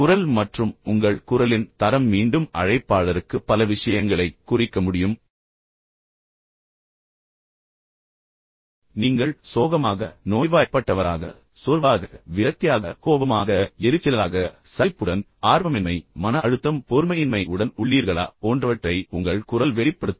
குரல் மற்றும் உங்கள் குரலின் தரம் மீண்டும் அழைப்பாளருக்கு பல விஷயங்களைக் குறிக்க முடியும் நீங்கள் சோகமாக நோய்வாய்ப்பட்டவராக சோர்வாக விரக்தியாக கோபமாக எரிச்சலாக சலிப்புடன் ஆர்வமின்மை மன அழுத்தம் பொறுமையின்மை உடன் உள்ளீர்களா போன்றவற்றை உங்கள் குரல் வெளிப்படுத்தும்